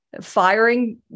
firing